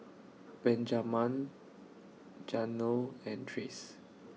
Benjaman Janel and Trace